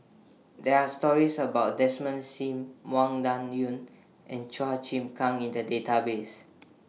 There Are stories about Desmond SIM Wang Dayuan and Chua Chim Kang in The Database